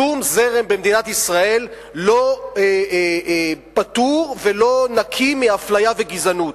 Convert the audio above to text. שום זרם במדינת ישראל לא פטור ולא נקי מאפליה וגזענות,